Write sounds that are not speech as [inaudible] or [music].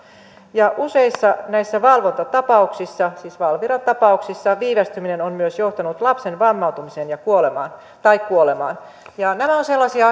ja useissa näissä valvontatapauksissa siis valviran tapauksissa viivästyminen on myös johtanut lapsen vammautumiseen tai kuolemaan nämä ovat sellaisia [unintelligible]